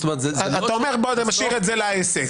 זאת אומרת -- אתה אומר בוא אתה משאיר את זה לעסק.